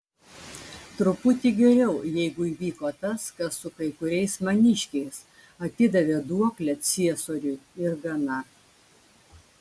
truputį geriau jeigu įvyko tas kas su kai kuriais maniškiais atidavė duoklę ciesoriui ir gana